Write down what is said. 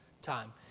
time